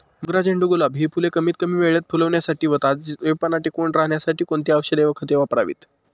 मोगरा, झेंडू, गुलाब हि फूले कमीत कमी वेळेत फुलण्यासाठी व ताजेपणा टिकून राहण्यासाठी कोणती औषधे व खते वापरावीत?